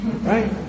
right